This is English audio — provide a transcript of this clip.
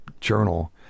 journal